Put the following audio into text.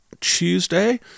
Tuesday